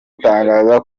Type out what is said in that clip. itangaza